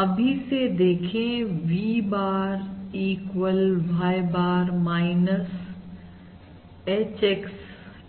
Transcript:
अभी से देखें V bar equal Y bar H